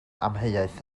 amheuaeth